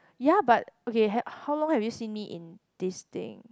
ya but okay how long have you seen me in this thing